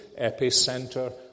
epicenter